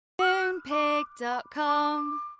Moonpig.com